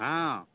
हँ